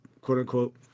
quote-unquote